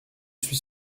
suis